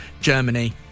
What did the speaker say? Germany